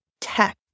tech